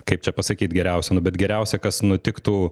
kaip čia pasakyt geriausia nu bet geriausia kas nutiktų